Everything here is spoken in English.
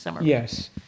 Yes